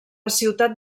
ciutat